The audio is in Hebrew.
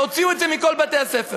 והוציאו את זה מכל בתי-הספר.